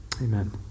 Amen